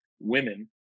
women